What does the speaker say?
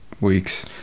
weeks